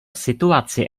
situaci